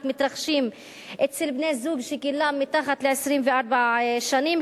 מתרחשים אצל בני-זוג שגילם מתחת ל-24 שנים.